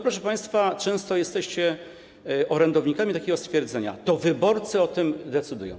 Proszę państwa, często jesteście orędownikami takiego stwierdzenia: to wyborcy o tym decydują.